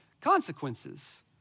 consequences